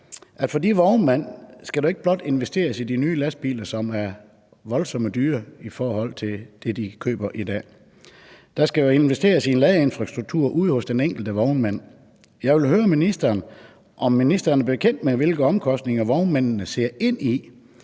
For de vognmænd skal der ikke blot investeres i de nye lastbiler, som er voldsomt dyre i forhold til det, de køber i dag; der skal også investeres i en ladeinfrastruktur ude hos den enkelte vognmand, og så ville jeg høre ministeren, om ministeren er bekendt med, hvilke omkostninger vognmændene ser ind i